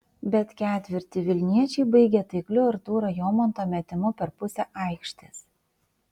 bet ketvirtį vilniečiai baigė taikliu artūro jomanto metimu per pusę aikštės